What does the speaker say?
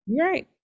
Right